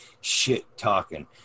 shit-talking